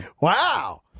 wow